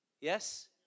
Yes